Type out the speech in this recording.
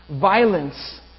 Violence